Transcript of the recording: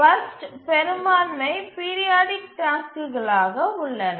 worst பெரும்பான்மை periodic டாஸ்க்குகளாக உள்ளன